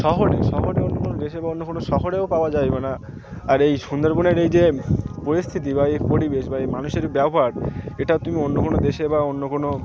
শহরে শহরে অন্য কোনো দেশে বা অন্য কোনো শহরেও পাওয়া যায় বা না আর এই সুন্দরবনের এই যে পরিস্থিতি বা এই পরিবেশ বা এই মানুষের ব্যবহার এটা তুমি অন্য কোনো দেশে বা অন্য কোনো